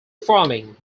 farming